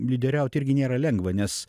lyderiaut irgi nėra lengva nes